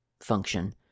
function